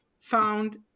found